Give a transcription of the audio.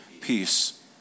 peace